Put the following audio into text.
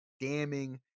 damning